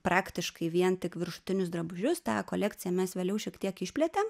praktiškai vien tik viršutinius drabužius tą kolekciją mes vėliau šiek tiek išplėtėm